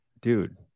dude